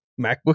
MacBook